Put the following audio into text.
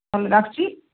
তাহলে রাখছি